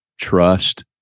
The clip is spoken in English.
trust